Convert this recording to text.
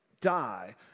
Die